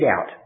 out